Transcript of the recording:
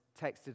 texted